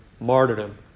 martyrdom